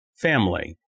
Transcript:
family